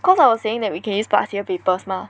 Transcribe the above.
cause I was saying that we can use past year papers mah